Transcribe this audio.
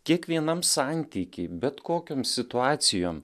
kiekvienam santyky bet kokiom situacijom